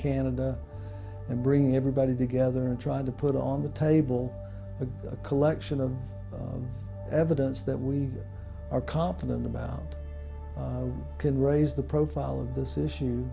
canada and bringing everybody together and try to put on the table a collection of evidence that we are confident about can raise the profile of this issue